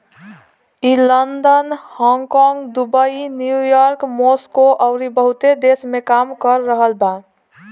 ई London, Hong Kong, Dubai, New York, Moscow अउरी बहुते देश में काम कर रहल बा